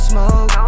Smoke